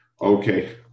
Okay